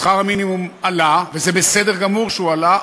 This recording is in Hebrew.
שכר המינימום עלה, וזה בסדר גמור שהוא עלה.